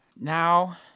now